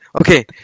okay